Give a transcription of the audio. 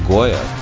Goya